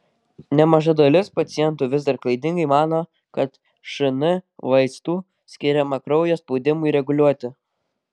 nemaža dalis pacientų vis dar klaidingai mano kad šn vaistų skiriama kraujo spaudimui reguliuoti